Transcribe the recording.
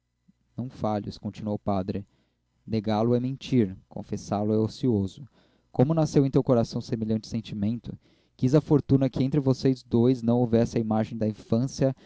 não fales continuou o padre negá-lo é mentir confessá lo é ocioso como nasceu em teu coração semelhante sentimento quis a fortuna que entre vocês dois não houvesse a imagem da infância